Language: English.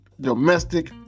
domestic